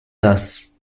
das